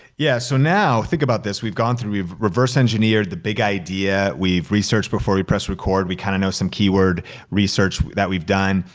yeah, so now, think about this. we've gone through, we've reverse-engineered the big idea. we've researched before we pressed record. we kinda know some keyword research that we've done.